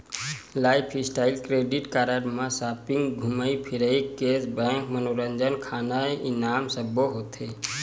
lifestyle credit card म shopping, धूमई फिरई, केस बेंक, मनोरंजन, खाना, इनाम सब्बो होथे